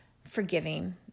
forgiving